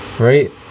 right